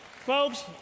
Folks